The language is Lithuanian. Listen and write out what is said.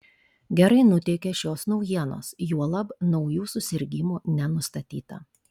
gerai nuteikia šios naujienos juolab naujų susirgimų nenustatyta